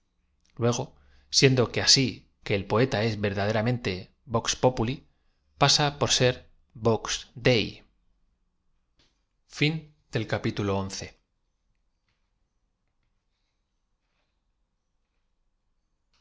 luego siendo que asi que el poeta es verdaderamente t o x ppúh pasa por ser